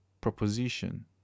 proposition